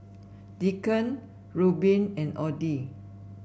Deacon Rueben and Audie